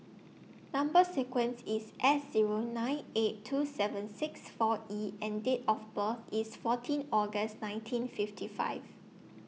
Number sequence IS S Zero nine eight two seven six four E and Date of birth IS fourteen August nineteen fifty five